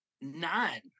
Nine